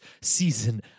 season